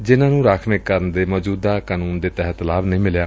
ਜਿਨ੍ਹਾਂ ਨੂੰ ਰਾਖਵੇਂਕਰਨ ਦੇ ਮੌਜੂਦਾ ਕਾਨੂੰਨ ਦੇ ਤਹਿਤ ਲਾਭ ਨਹੀਂ ਮਿਲਿਆ